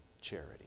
charity